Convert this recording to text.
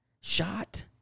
shot